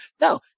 No